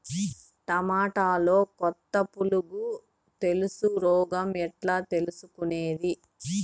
టమోటాలో కొత్త పులుగు తెలుసు రోగం ఎట్లా తెలుసుకునేది?